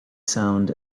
sound